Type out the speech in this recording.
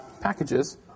packages